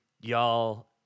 y'all